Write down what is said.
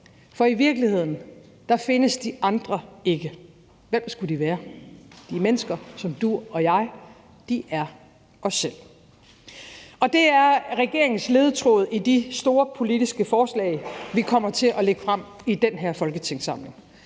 For i virkeligheden findes »de andre« ikke. Hvem skulle de være? De er mennesker som du og jeg. De er os selv. Det er regeringens ledetråd i de store politiske forslag, vi kommer til at lægge frem i den her folketingssamling